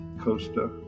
Costa